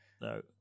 No